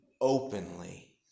openly